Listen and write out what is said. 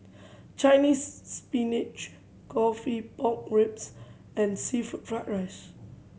Chinese Spinach coffee pork ribs and seafood fried rice